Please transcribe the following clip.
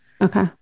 Okay